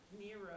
Nero